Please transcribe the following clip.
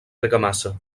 argamassa